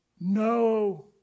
no